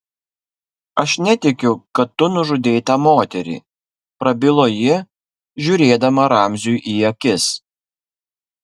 aš netikiu kad tu nužudei tą moterį prabilo ji žiūrėdama ramziui į akis